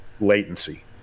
latency